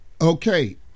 Okay